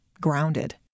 grounded